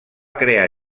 crear